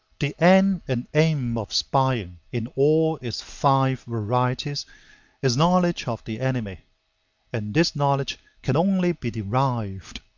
the end and aim of spying in all its five varieties is knowledge of the enemy and this knowledge can only be derived,